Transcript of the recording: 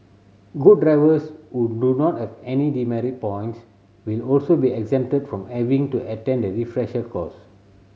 good drivers who do not have any demerit points will also be exempted from having to attend the refresher course